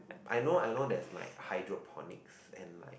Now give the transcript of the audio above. I know I know there's like hydroponics and like